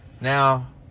Now